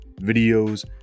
videos